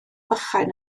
bychain